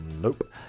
Nope